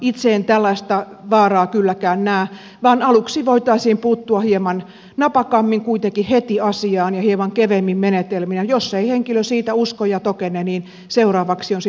itse en tällaista vaaraa kylläkään näe vaan aluksi voitaisiin puuttua hieman napakammin kuitenkin heti asiaan ja hieman keveämmin menetelmin ja jos ei henkilö siitä usko ja tokene niin seuraavaksi on sitten tuomioistuin edessä